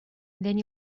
then